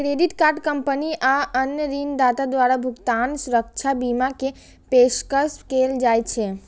credit card company आ अन्य ऋणदाता द्वारा भुगतान सुरक्षा बीमा के पेशकश कैल जाइ छै